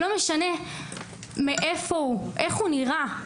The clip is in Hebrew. לא משנה מאיפה הוא, איך הוא נראה.